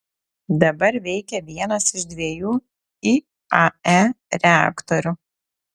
dabar veikia vienas iš dviejų iae reaktorių